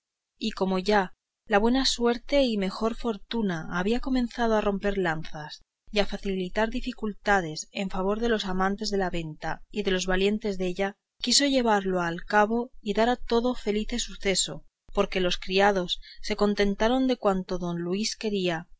y como ya la buena suerte y mejor fortuna había comenzado a romper lanzas y a facilitar dificultades en favor de los amantes de la venta y de los valientes della quiso llevarlo al cabo y dar a todo felice suceso porque los criados se contentaron de cuanto don luis quería